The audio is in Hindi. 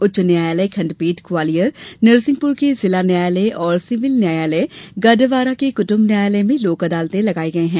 उच्च न्यायालय खण्डपीठ ग्वालियर नरसिंहपुर के जिला न्यायालय और सिविल न्यायालय गाडरवारा के कुटम्ब न्यायालय में लोक अदालते लगाई गई हैं